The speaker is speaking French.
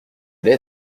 allez